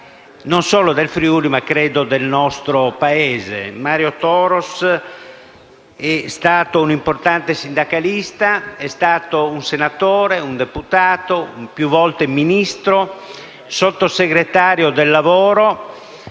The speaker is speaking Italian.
non solo del Friuli, ma - credo - del nostro Paese. Mario Toros è stato un importante sindacalista, un senatore, un deputato e più volte Ministro e Sottosegretario del lavoro.